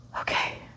Okay